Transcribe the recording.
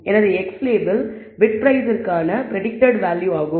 எனது x label fit பிரைஸிற்கான predicted வேல்யூக்களாகும்